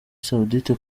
saoudite